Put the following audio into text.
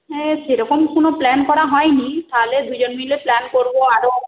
হ্যাঁ সেরকম কোনো প্ল্যান করা হয়নি তাহলে দুজন মিলে প্ল্যান করবো আরো